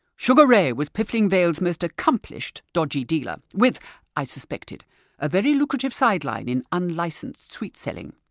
sugar ray was piffling vale's most accomplished dodgy dealer, with i suspected a very lucrative sideline in unlicensed sweet selling.